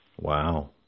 Wow